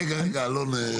רגע, רגע, אלון.